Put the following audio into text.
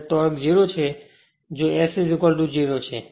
અને ટોર્ક 0 છે જો અહીં S 0 છે